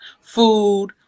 food